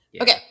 Okay